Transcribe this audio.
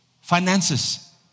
finances